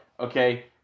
Okay